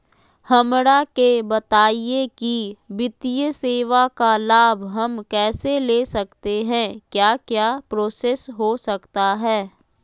हमरा के बताइए की वित्तीय सेवा का लाभ हम कैसे ले सकते हैं क्या क्या प्रोसेस हो सकता है?